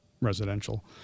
residential